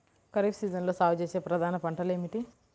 ఖరీఫ్ సీజన్లో సాగుచేసే ప్రధాన పంటలు ఏమిటీ?